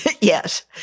Yes